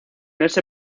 ese